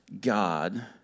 God